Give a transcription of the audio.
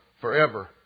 forever